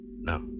No